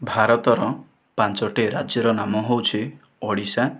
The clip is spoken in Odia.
ଭାରତର ପାଞ୍ଚଟି ରାଜ୍ୟର ନାମ ହେଉଛି ଓଡ଼ିଶା